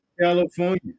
California